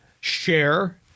share